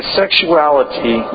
sexuality